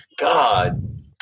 God